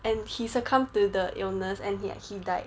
and he succumbed to the illness and he and he died